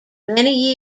many